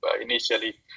initially